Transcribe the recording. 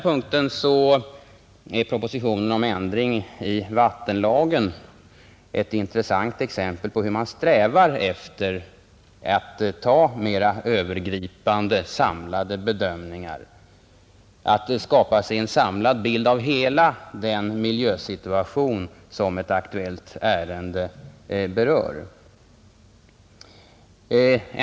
Propositionen om ändring i vattenlagen är ett intressant exempel på hur man strävar efter att göra mera övergripande, samlade bedömningar, att skapa sig en samlad bild av hela den miljösituation som ett aktuellt ärende berör.